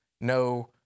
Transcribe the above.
no